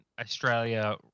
Australia